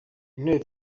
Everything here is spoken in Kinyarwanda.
intore